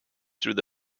through